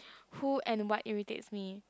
who and what irritates me